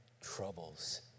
troubles